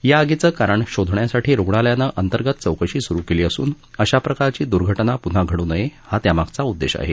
या आगीचं कारण शोधण्यासाठी रुग्णालयानं अंतर्गत चोकशी सुरु केली असून अशा प्रकारची दुर्घटना पुन्हा घडू नये हा त्यामागचा उद्देश आहे